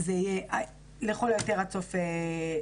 וזה יהיה לכל היותר עד סוף פברואר,